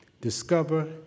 discover